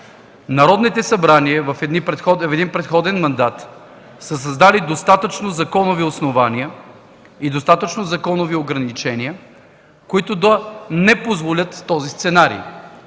народните събрания в един предходен мандат са създали достатъчно законови основания и ограничения, които да не позволят този сценарий.